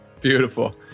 Beautiful